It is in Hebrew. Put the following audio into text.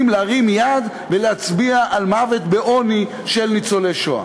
להרים יד ולהצביע על מוות בעוני של ניצולי שואה.